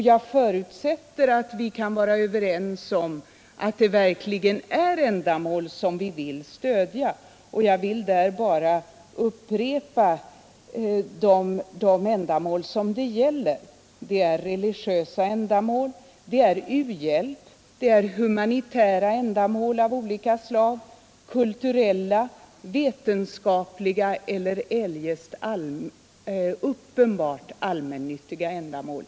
Jag förutsätter att vi kan vara överens om att det verkligen är ROR Rätt till avdrag vid inkomstbeskattningen för gåvor till allmännyttiga ändamål, m.m. ändamål som vi vill stödja. Jag upprepar de ändamål som det gäller, nämligen religiösa ändamål, u-hjälp och andra humanitära ändamål av olika slag samt kulturella, vetenskapliga och eljest uppenbart allmännyttiga ändamål.